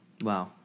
Wow